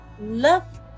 love